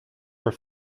were